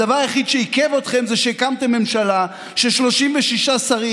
הדבר היחיד שעיכב אתכם זה שהקמתם ממשלה של 36 שרים